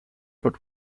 but